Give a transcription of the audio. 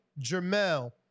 Jermel